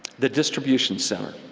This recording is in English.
the distribution center.